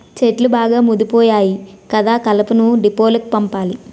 చెట్లు బాగా ముదిపోయాయి కదా కలపను డీపోలకు పంపాలి